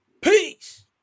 peace